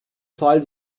fall